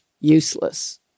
useless